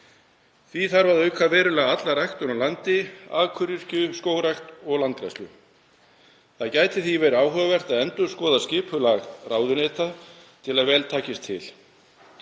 Því þarf að auka verulega alla ræktun á landi, akuryrkju, skógrækt og landgræðslu. Það gæti því verið áhugavert að endurskoða skipulag ráðuneyta til að vel takist til.